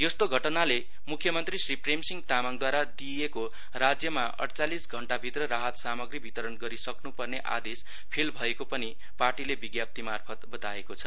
यस्तो घटनाले मुख्यमन्त्री श्री प्रेमसिंह तामाङद्वारा दिइएको राज्यमा अङ्चालिस घण्टाभित्र राहत सामग्री वितरण गरिसक्नुपर्ने आदेश फेल भएको पनि पार्टीले विज्ञप्तिमार्फत बताएको छ